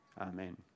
Amen